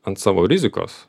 ant savo rizikos